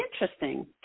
interesting